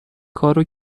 کارو